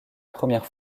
première